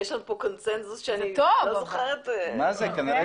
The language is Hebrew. יש לנו פה קונצנזוס שאני לא זוכרת כמוהו.